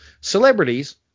celebrities